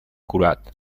curat